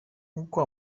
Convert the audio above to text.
nk’uko